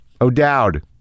O'Dowd